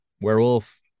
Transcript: werewolf